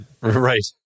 Right